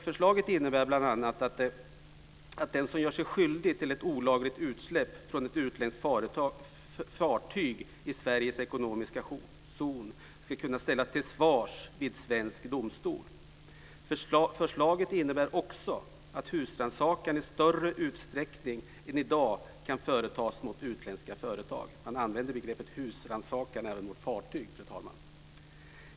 Förslaget innebär bl.a. att den som gör sig skyldig till ett olagligt utsläpp från ett utländskt fartyg i Sveriges ekonomiska zon ska kunna ställas till svars vid svensk domstol. Förslaget innebär också att husrannsakan i större utsträckning än i dag kan företas mot utländska fartyg. Man använder begreppet husrannsakan även mot fartyg, fru talman.